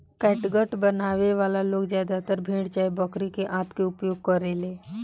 catgut बनावे वाला लोग ज्यादातर भेड़ चाहे बकरी के आंत के उपयोग करेले